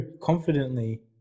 confidently